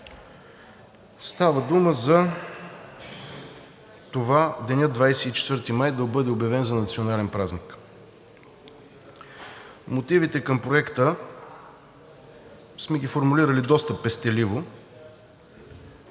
Става дума за това денят 24 май да бъде обявен за национален празник. Мотивите към Проекта сме ги формулирали доста пестеливо.